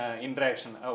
interaction